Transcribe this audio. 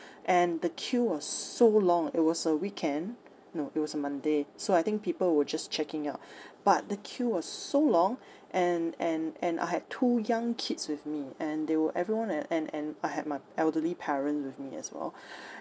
and the queue was so long it was a weekend no it was on monday so I think people were just checking out but the queue was so long and and and I had two young kids with me and they were everyone and and and I had my elderly parents with me as well